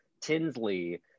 Tinsley